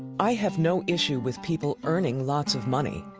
i have no issue with people earning lots of money.